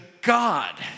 God